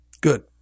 Good